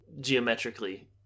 geometrically